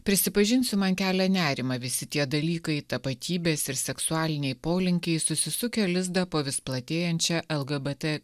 prisipažinsiu man kelia nerimą visi tie dalykai tapatybės ir seksualiniai polinkiai susisukę lizdą po vis platėjančia lgbt